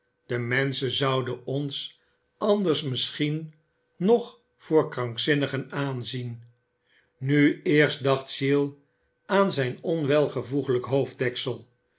de menschen zouden ons anders misschien nog voor krankzinnigen aanzien nu eerst dacht giles aan zijn onwelvoeglijk hoofddeksel